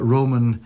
Roman